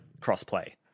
Cross-play